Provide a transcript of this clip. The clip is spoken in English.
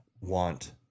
want